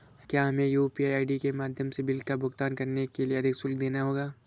क्या हमें यू.पी.आई के माध्यम से बिल का भुगतान करने के लिए अधिक शुल्क देना होगा?